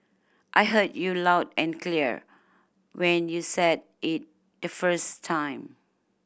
I heard you loud and clear when you said it the first time